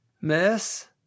Miss